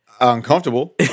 uncomfortable